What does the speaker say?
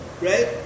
right